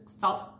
felt